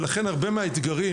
לכן הרבה מהאתגרים,